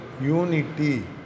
unity